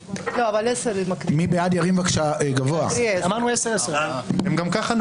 אי-אפשר, יש התייעצות אחת לסעיף, וכבר הייתה.